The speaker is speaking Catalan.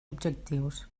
objectius